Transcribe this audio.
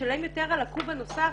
ישלם יותר על הקוב הנוסף.